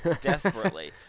Desperately